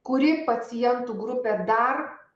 kuri pacientų grupė dar